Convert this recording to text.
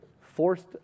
forced